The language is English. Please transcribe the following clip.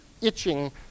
itching